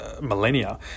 millennia